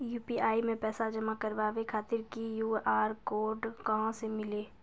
UPI मे पैसा जमा कारवावे खातिर ई क्यू.आर कोड कहां से मिली?